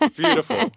beautiful